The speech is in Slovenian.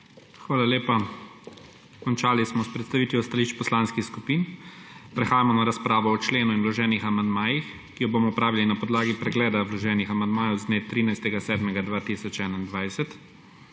Hvala lepa. Končali smo s predstavitvijo stališč poslanski skupin. Prehajamo na razpravo o členu in vloženih amandmajih, ki jo bomo opravili na podlagi pregleda vloženih amandmajev z dne 13. 7. 2021.